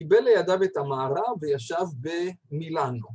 ‫קיבל לידיו את המערה וישב במילאנו.